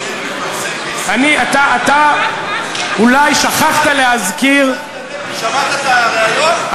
אתה אולי שכחת להזכיר, שמעתי ברדיו את